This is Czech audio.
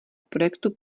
projektu